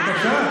אתה רוצה?